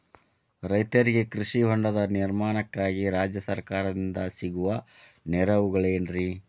ರೈತರಿಗೆ ಕೃಷಿ ಹೊಂಡದ ನಿರ್ಮಾಣಕ್ಕಾಗಿ ರಾಜ್ಯ ಸರ್ಕಾರದಿಂದ ಸಿಗುವ ನೆರವುಗಳೇನ್ರಿ?